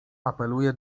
apeluje